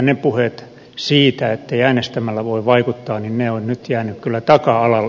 ne puheet siitä ettei äänestämällä voi vaikuttaa ovat nyt jääneet kyllä taka alalle